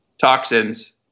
toxins